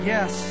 Yes